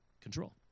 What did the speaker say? Control